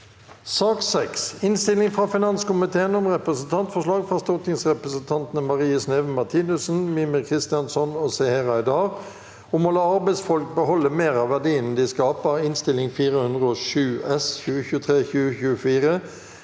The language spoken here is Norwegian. Innstilling fra finanskomiteen om Representantfor- slag fra stortingsrepresentantene Marie Sneve Martinus- sen, Mímir Kristjánsson og Seher Aydar om å la arbeidsfolk beholde mer av verdiene de skaper (Innst. 407 S (2023–2024),